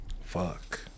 Fuck